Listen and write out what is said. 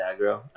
aggro